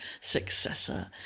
successor